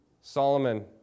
Solomon